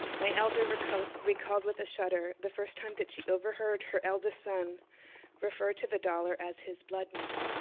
my elder recalled recalled with a shudder the first time that she overheard her eldest son refer to the dollar as his blood money.